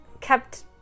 kept